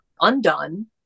undone